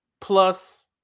plus